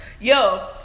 Yo